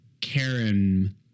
Karen